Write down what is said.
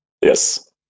Yes